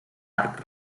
arc